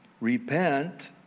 repent